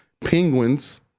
Penguins